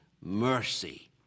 mercy